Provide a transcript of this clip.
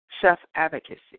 self-advocacy